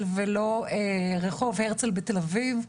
ולאחר מכן אתה,